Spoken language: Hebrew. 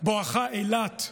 בואכה אילת.